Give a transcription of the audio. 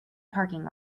parking